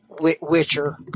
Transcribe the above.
Witcher